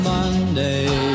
Monday